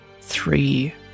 Three